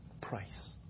price